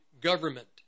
government